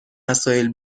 وسایل